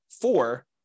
four